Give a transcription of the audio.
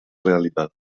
realidad